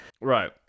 Right